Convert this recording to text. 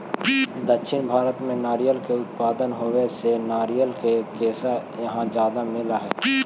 दक्षिण भारत में नारियर के उत्पादन होवे से नारियर के रेशा वहाँ ज्यादा मिलऽ हई